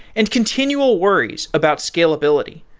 and continual worries about scalability.